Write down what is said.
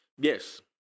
Yes